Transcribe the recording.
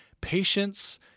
patience